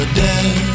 dead